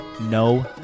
no